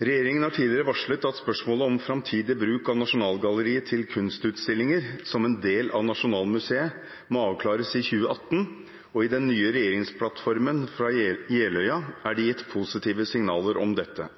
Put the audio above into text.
«Regjeringen har tidligere varslet at spørsmålet om framtidig bruk av Nasjonalgalleriet til kunstutstillinger som en del av Nasjonalmuseet, må avklares i 2018, og i den nye regjeringsplattformen fra Jeløya er det gitt positive signaler om dette.